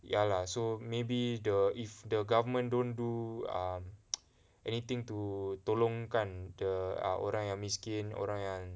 ya lah so maybe the if the government don't do um anything to tolong kan the orang yang miskin orang yang